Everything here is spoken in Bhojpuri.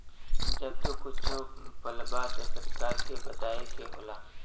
जब तू कुच्छो पलबा त सरकार के बताए के होला